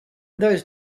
those